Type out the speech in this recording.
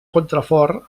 contrafort